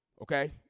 okay